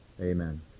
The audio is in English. Amen